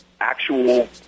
actual